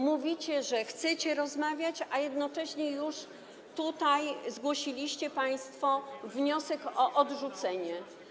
Mówicie, że chcecie rozmawiać, a jednocześnie już tutaj zgłosiliście państwo wniosek o odrzucenie.